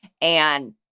and-